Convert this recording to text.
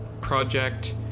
project